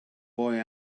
boy